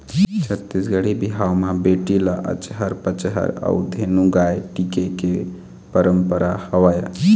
छत्तीसगढ़ी बिहाव म बेटी ल अचहर पचहर अउ धेनु गाय टिके के पंरपरा हवय